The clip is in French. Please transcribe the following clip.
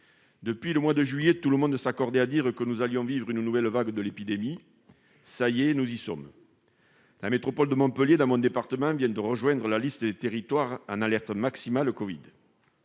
Dès le mois de juillet, tout le monde s'accordait à dire que nous allions vivre une nouvelle vague de l'épidémie. Ça y est, nous y sommes ! La métropole de Montpellier, dans mon département, vient de rejoindre la liste des territoires en alerte maximale Covid.